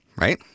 right